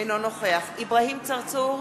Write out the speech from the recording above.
אינו נוכח אברהים צרצור,